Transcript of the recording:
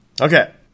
Okay